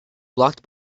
blocked